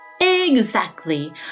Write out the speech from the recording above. Exactly